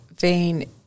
vein